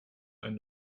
ein